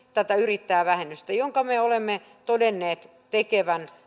tätä yrittäjävähennystä jonka me olemme todenneet tekevän